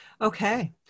Okay